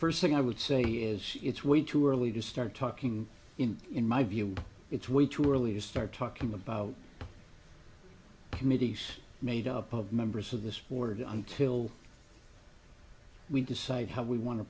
first thing i would say is it's way too early to start talking in my view it's way too early to start talking about committees made up of members of this board until we decide how we want to